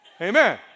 Amen